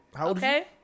Okay